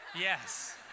Yes